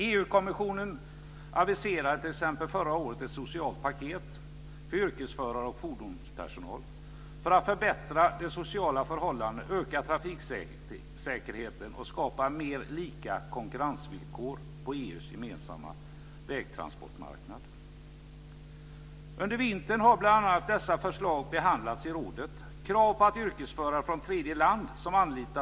EU-kommissionen aviserade t.ex. förra året ett socialt paket för yrkesförare och fordonspersonal för att förbättra de sociala förhållandena, öka trafiksäkerheten och skapa likvärdiga konkurrensvillkor på EU:s gemensamma vägtransportmarknad. Under vintern har bl.a. dessa förslag behandlats i rådet.